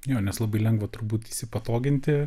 jo nes labai lengva turbūt įsipatoginti